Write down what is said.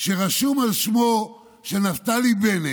שרשום על שמו של נפתלי בנט,